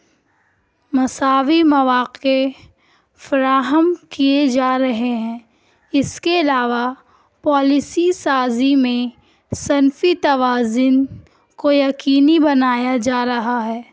مساوی مواقع فراہم کیے جا رہے ہیں اس کے علاوہ پالیسی سازی میں صنفی توازن کو یقینی بنایا جا رہا ہے